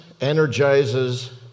energizes